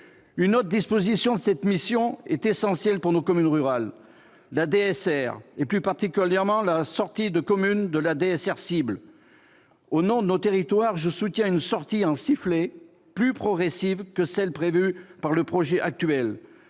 Une autre disposition de la mission est essentielle pour nos communes rurales : la DSR, plus particulièrement la sortie de communes de la DSR « cible ». Au nom de nos territoires, je soutiens une sortie en sifflet plus progressive que celle que prévoit le projet actuel.